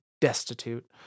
Destitute